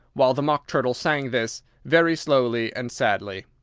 while the mock turtle sang this, very slowly and sadly